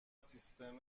سیستم